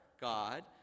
God